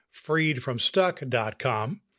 freedfromstuck.com